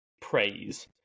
praise